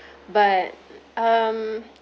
but um